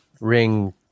ring